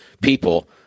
people